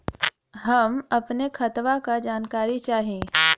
हम अपने खतवा क जानकारी चाही?